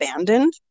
abandoned